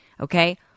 okay